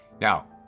Now